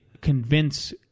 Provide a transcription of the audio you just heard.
convince